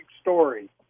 story